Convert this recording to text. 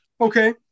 okay